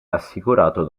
assicurato